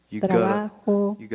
trabajo